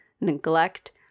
neglect